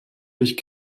durch